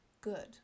good